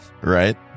Right